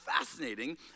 fascinating